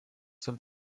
zur